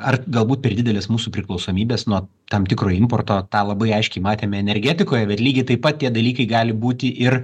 ar galbūt per didelis mūsų priklausomybės nuo tam tikro importo tą labai aiškiai matėme energetikoje bet lygiai taip pat tie dalykai gali būti ir